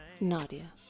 Nadia